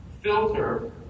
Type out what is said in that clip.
filter